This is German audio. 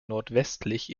nordwestlich